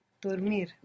Dormir